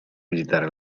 visitare